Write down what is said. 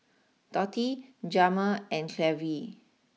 Dotty Jamir and Clevie